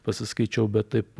pasiskaičiau bet taip